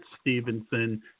Stevenson